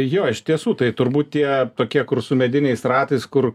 jo iš tiesų tai turbūt tie tokie kur su mediniais ratais kur